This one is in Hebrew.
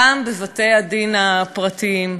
גם בבתי-הדין הפרטיים.